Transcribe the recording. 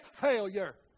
failure